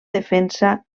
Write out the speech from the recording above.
defensa